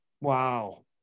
wow